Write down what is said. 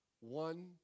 one